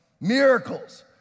Miracles